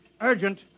Urgent